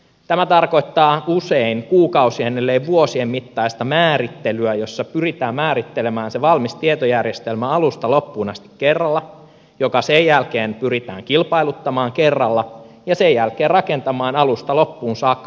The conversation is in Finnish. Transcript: tämä tarkoittaa usein kuukausien ellei vuosien mittaista määrittelyä jossa pyritään määrittelemään se valmis tietojärjestelmä alusta loppuun asti kerralla joka sen jälkeen pyritään kilpailuttamaan kerralla ja sen jälkeen rakentamaan alusta loppuun saakka kerralla